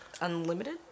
Unlimited